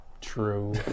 True